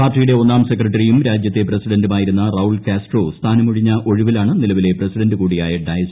പാർട്ടിയുടെ ഒന്നാം സെക്രട്ടറിയും രാജ്യത്തെ പ്രസിഡന്റുമായിരുന്ന റൌൾ കാസ്ട്രോ സ്ഥാനം ഒഴിഞ്ഞ ഒഴിവിലാണ് നിലവിലെ പ്രസിഡന്റ് കൂടിയായ ഡയസിന്റെ നിയമനം